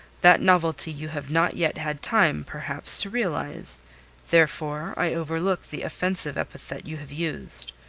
that novelty you have not yet had time, perhaps, to realize therefore i overlook the offensive epithet you have used.